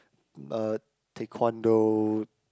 uh taekwondo